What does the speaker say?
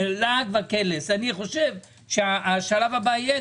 אני חושב שהשלב הבא יהיה,